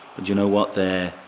but do you know what? their